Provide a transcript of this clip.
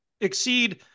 exceed –